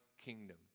kingdom